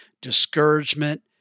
discouragement